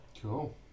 Cool